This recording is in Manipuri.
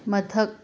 ꯃꯊꯛ